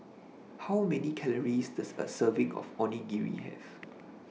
How Many Calories Does A Serving of Onigiri Have